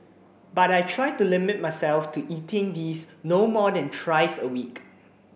but I try to limit myself to eating these no more than thrice a week